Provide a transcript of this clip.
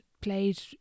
played